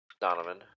Donovan